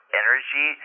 energy